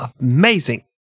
amazing